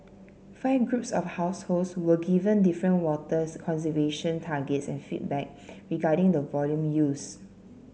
five groups of households were given different water conservation targets and feedback regarding the volume used